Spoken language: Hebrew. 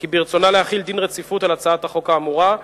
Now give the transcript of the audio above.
כי ברצונה להחיל דין רציפות על הצעת החוק האמורה,